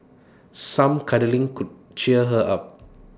some cuddling could cheer her up